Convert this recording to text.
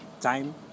time